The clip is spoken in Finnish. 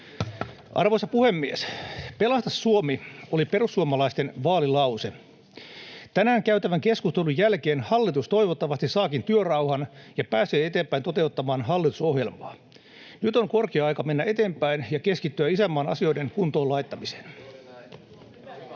Arvoisa puhemies! ”Pelasta Suomi” oli perussuomalaisten vaalilause. Tänään käytävän keskustelun jälkeen hallitus toivottavasti saakin työrauhan ja pääsee eteenpäin toteuttamaan hallitusohjelmaa. Nyt on korkea aika mennä eteenpäin ja keskittyä isänmaan asioiden kuntoon laittamiseen.